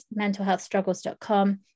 mentalhealthstruggles.com